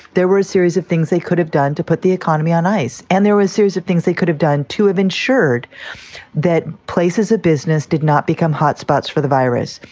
there were a series of things they could have done to put the economy on ice. and there were a series of things they could have done to have ensured that places a business did not become hotspots for the virus.